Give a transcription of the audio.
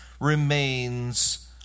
remains